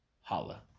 Holla